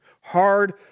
hard